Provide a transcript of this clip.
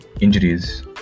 injuries